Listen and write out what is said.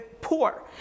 poor